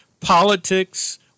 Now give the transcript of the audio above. politics